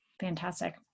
Fantastic